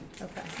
Okay